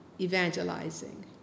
evangelizing